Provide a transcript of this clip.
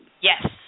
Yes